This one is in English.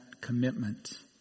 commitment